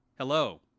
Hello